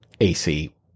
AC